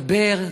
לדבר,